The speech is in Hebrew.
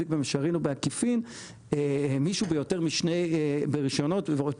במישרין או בעקיפין מישהו ביותר משני רישיונות ויותר